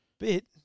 Bit